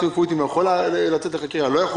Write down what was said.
רפואית אם הוא יכול לצאת לחקירה או לא,